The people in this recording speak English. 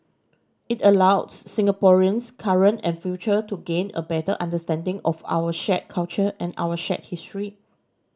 it allows Singaporeans current and future to gain a better understanding of our shared culture and our shared history